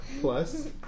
plus